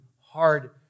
hard